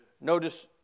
Notice